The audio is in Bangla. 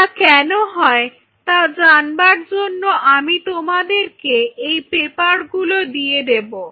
এটা কেনো হয় তা জানবার জন্য আমি তোমাদেরকে এই পেপারগুলো দিয়ে দেব